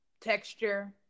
texture